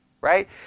right